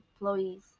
employees